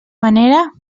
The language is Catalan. manera